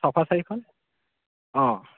sofa চাৰিখন অঁ